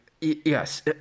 yes